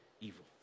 evil